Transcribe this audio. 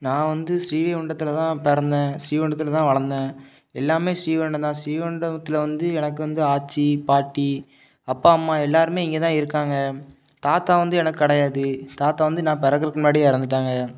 நான் வந்து ஸ்ரீவைகுண்டத்தில் தான் பிறந்தேன் ஸ்ரீவைகுண்டத்தில் தான் வளர்ந்தேன் எல்லாம் ஸ்ரீவைகுண்டன் தான் ஸ்ரீவைகுண்டத்தில் வந்து எனக்கு வந்து ஆச்சி பாட்டி அப்பா அம்மா எல்லோருமே இங்கே தான் இருக்காங்க தாத்தா வந்து எனக்கு கிடையாது தாத்தா வந்து நான் பிறக்குறதுக்கு முன்னாடியே இறந்துட்டாங்க